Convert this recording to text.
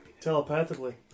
Telepathically